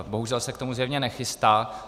Bohužel se k tomu zřejmě nechystá.